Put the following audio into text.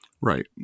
Right